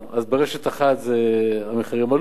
אז ברשת אחת המחירים עלו.